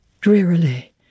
Drearily